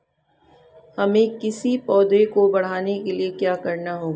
हमें किसी पौधे को बढ़ाने के लिये क्या करना होगा?